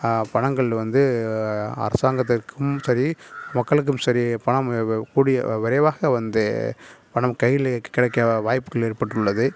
பணங்கள் வந்து அரசாங்கத்திற்கும் சரி மக்களுக்கும் சரி பணம் கூடிய விரைவாக வந்து பணம் கையில் கிடைக்க வாய்ப்புகள் ஏற்பட்டு உள்ளது